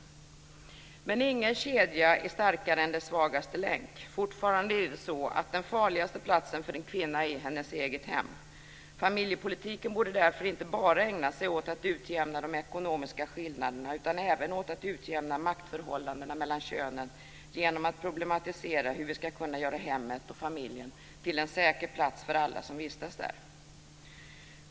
Men ingen kedja är starkare än dess svagaste länk. Fortfarande är det så att den farligaste platsen för en kvinna är hennes eget hem. Familjepolitiken borde därför inte bara ägna sig åt att utjämna de ekonomiska skillnaderna utan även åt att utjämna maktförhållandena mellan könen genom att problematisera hur vi ska kunna göra hemmet och familjen till en säker plats för alla som vistas där.